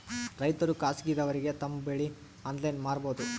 ರೈತರು ಖಾಸಗಿದವರಗೆ ತಮ್ಮ ಬೆಳಿ ಆನ್ಲೈನ್ ಮಾರಬಹುದು?